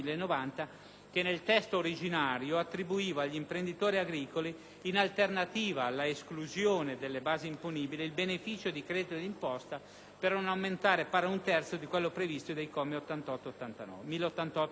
che nel testo originario attribuiva agli imprenditori agricoli, in alternativa alla esclusione della base imponibile, il beneficio del credito di imposta, per un ammontare pari ad un terzo di quello previsto nei commi 1088